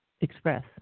express